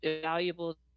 valuable